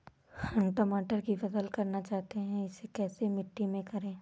हम टमाटर की फसल करना चाहते हैं इसे कैसी मिट्टी में करें?